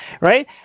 right